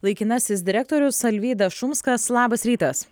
laikinasis direktorius alvydas šumskas labas rytas